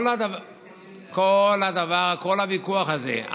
כל הוויכוח הזה,